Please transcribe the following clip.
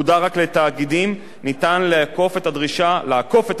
אפשר לעקוף את הדרישה להיתר על-ידי